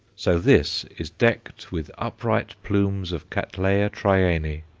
so this is decked with upright plumes of cattleya trianae,